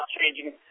changing